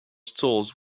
stalls